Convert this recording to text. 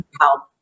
help